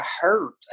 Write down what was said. hurt